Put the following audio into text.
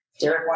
Derek